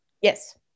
Yes